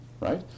right